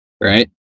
right